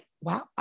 Wow